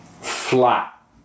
flat